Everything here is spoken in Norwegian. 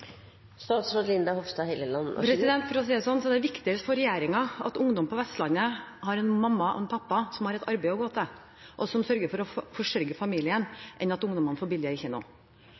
For å si det slik: Det er viktigere for regjeringen at ungdom på Vestlandet har en mamma og en pappa som har et arbeid å gå til, og som sørger for å forsørge familien, enn at ungdommene får billigere